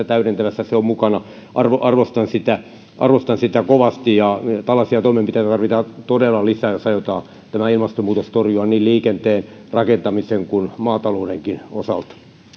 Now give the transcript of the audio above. täydentävässä se on mukana arvostan sitä arvostan sitä kovasti ja tällaisia toimenpiteitä tarvitaan todella lisää jos aiotaan ilmastonmuutos torjua niin liikenteen rakentamisen kuin maataloudenkin osalta